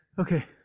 Okay